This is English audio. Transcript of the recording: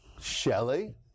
Shelley